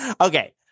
Okay